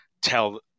tell